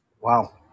wow